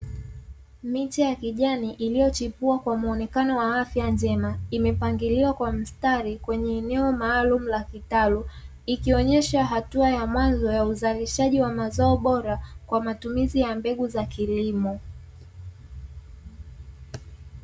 Miche ya kijani iliyochipua kwa mwonekano wa afya njema imepangiliwa kwa mstari kwenye eneo maalumu la kitalu, ikionesha hatua ya mwanzo ya uzalishaji wa mazao bora kwa matumizi ya mbegu za kilimo.